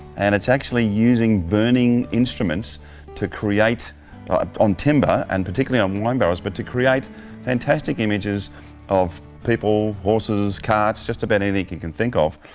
and it's actually using burning instruments to create on timber, and particularly on wine barrels, but to create fantastic images of people, horses, carts, just about anything you can think of.